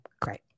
Great